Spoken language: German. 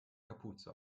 kapuze